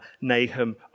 Nahum